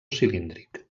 cilíndric